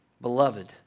Beloved